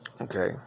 Okay